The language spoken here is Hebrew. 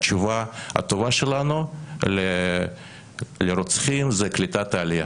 התשובה הטובה שלנו לרוצחים זה קליטת העלייה